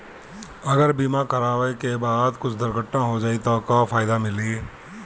अगर बीमा करावे के बाद कुछ दुर्घटना हो जाई त का फायदा मिली?